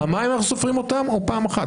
פעמיים אנחנו סופרים אותם או פעם אחת?